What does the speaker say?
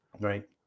right